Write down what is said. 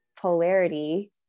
polarity